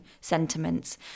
sentiments